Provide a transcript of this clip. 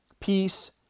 Peace